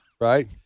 right